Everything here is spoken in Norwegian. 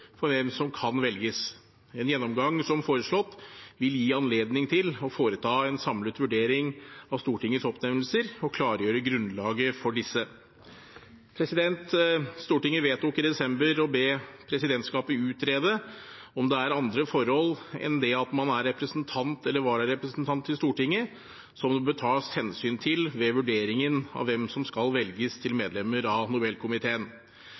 for hvem som kan velges. En gjennomgang som foreslått vil gi anledning til å foreta en samlet vurdering av Stortingets oppnevnelser og klargjøre grunnlaget for disse. Stortinget vedtok i desember å be presidentskapet utrede om det er andre forhold enn det at man er representant eller vararepresentant til Stortinget, som bør tas hensyn til ved vurderingen av hvem som kan velges til medlemmer av Nobelkomiteen.